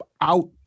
out